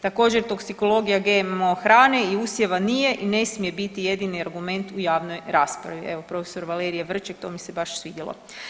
Također toksikologija GMO hrane i usjeva nije i ne smije biti jedini argument u javnoj raspravi, evo prof. Valerije Vrček to mi se baš svidjelo.